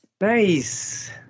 nice